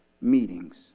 meetings